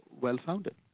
well-founded